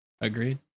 Agreed